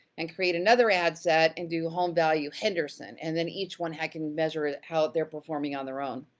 and create another ad set and do, home value, henderson, and then each one, i can measure how they're performing on their own.